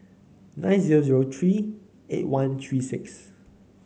nine zero three eight one three six